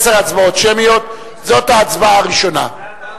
עשר הצבעות שמיות, זאת ההצבעה הראשונה.